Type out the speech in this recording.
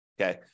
Okay